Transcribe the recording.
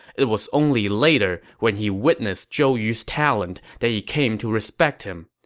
it was only later when he witnessed zhou yu's talent that he came to respect him.